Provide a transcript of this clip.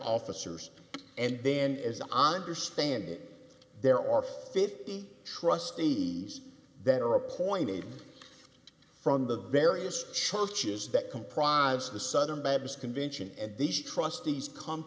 officers and then is understand that there are fifty trustees that are appointed from the various churches that comprise the southern baptist convention and these trustees com